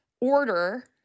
order